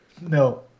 No